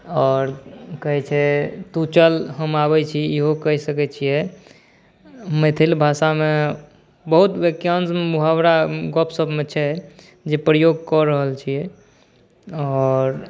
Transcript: आओर कहै छै तू चल हम आबै छी इहो कहि सकै छिए मैथिली भाषामे बहुत वाक्यांश मुहावरा गपशपमे छै जे प्रयोग कऽ रहल छिए आओर